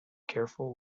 careful